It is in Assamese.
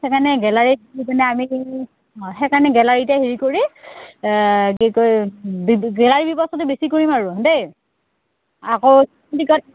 সেইকাৰণে গেলাৰীত দি পনে আমি সেইকাৰণে গেলাৰীতে হেৰি কৰি কি কৰি গেলাৰী ব্যৱস্থাটো বেছি কৰিম আৰু দেই আকৌ